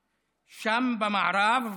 שם, במערב,